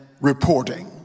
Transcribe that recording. reporting